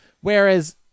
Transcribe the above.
Whereas